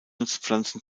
nutzpflanzen